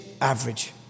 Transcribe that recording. average